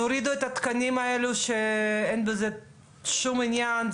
תורידו את התקנים האלה שאין בזה שום עניין,